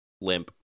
limp